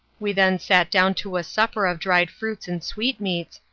we then sat down to a supper of dried fruits and sweetmeats,